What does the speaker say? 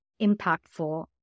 impactful